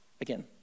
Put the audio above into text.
Again